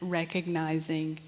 recognizing